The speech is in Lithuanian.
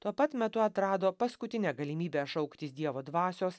tuo pat metu atrado paskutinę galimybę šauktis dievo dvasios